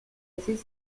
assez